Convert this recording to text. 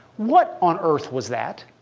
what on earth was that?